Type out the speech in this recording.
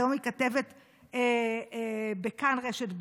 היום היא כתבת בכאן רשת ב',